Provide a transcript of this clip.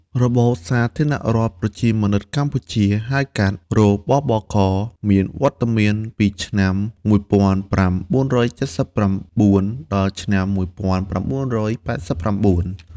របបសាធារណរដ្ឋប្រជាមានិតកម្ពុជា ហៅកាត់ រ.ប.ប.ក. មានវត្តមានពីឆ្នាំ ១៩៧៩ ដល់ឆ្នាំ ១៩៨៩។